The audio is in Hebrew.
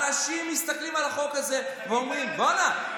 אנשים מסתכלים על החוק הזה ואומרים: בוא'נה,